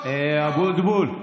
אבוטבול.